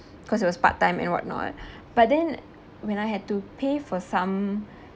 because it was part time and what not but then when I had to pay for some